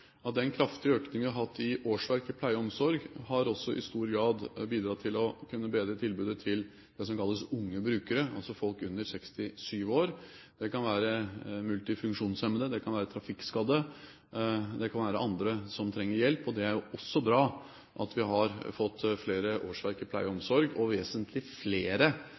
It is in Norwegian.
at den kraftige økningen vi har hatt i antall årsverk i pleie og omsorg, også i stor grad har bidratt til å bedre tilbudet til dem som kalles unge brukere, altså folk under 67 år. Det kan være multifunksjonshemmede, det kan være trafikkskadde, det kan være andre som trenger hjelp. Det er bra at vi har fått flere årsverk i pleie og omsorg – vesentlig flere